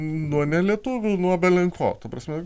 nuo nelietuvių nuo belenko ta prasme